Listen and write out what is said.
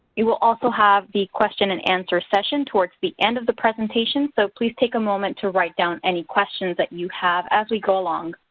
we will also have the question and answer session towards the end of the presentation so please take a moment to write down any questions that you have as we go along.